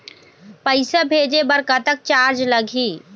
पैसा भेजे बर कतक चार्ज लगही?